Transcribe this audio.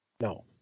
no